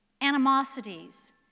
animosities